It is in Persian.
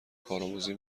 کارآموزی